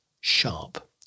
sharp